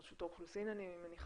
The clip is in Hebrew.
רשות האוכלוסין אני מניחה,